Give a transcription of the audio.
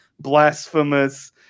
blasphemous